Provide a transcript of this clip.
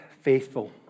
faithful